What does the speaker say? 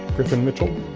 griffin mitchell,